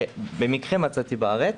שבמקרה מצאתי בארץ.